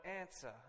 answer